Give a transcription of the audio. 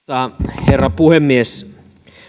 herra puhemies